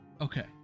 Okay